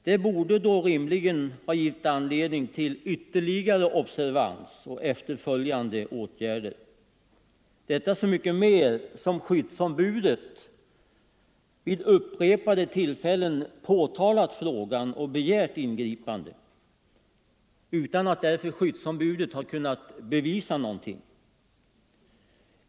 Detta borde då rimligen ha givit anledning till ytterligare observans och efterföljande åtgärder. Detta så mycket mer som skyddsombudet vid upprepade tillfällen påtalat frågan och begärt ingripande, utan att skyddsombudet därför har kunnat bevisa någonting.